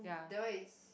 that one is